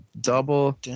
Double